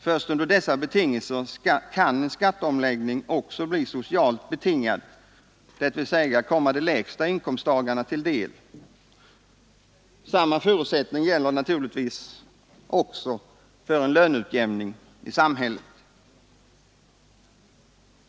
Först under dessa förutsättningar kan en skatteomläggning också bli socialt betingad, dvs. komma de lägsta inkomsttagarna till del. Samma villkor gäller naturligtvis också för en löneutjämning.